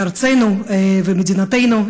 לארצנו ולמדינתנו,